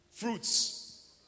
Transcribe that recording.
Fruits